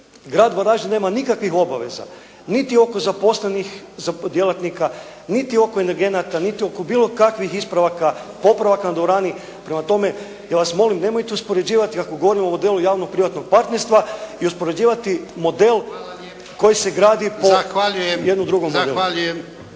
grad Varaždin nema nikakvih obaveza niti oko zaposlenih djelatnika, niti oko energenata, niti oko bilo kakvih ispravaka, popravaka na dvorani. Prema tome, nemojte uspoređivati ako govorimo o modelu javno-privatnog partnerstva i uspoređivati model koji se gradi po jednom drugom modelu.